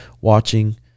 watching